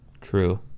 True